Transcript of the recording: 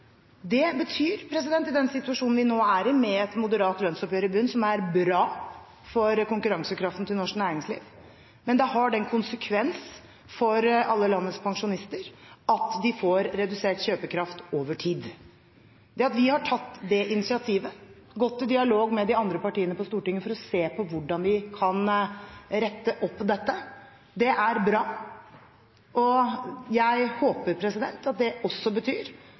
Det betyr, i den situasjonen vi nå er, et moderat lønnsoppgjør i bunnen – som er bra for konkurransekraften til norsk næringsliv. Men det har den konsekvens for alle landets pensjonister at de får redusert kjøpekraft over tid. Det at vi har tatt det initiativet og gått i dialog med de andre partiene på Stortinget for å se på hvordan vi kan rette opp dette, er bra. Jeg håper at det også betyr